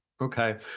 Okay